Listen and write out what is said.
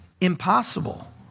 impossible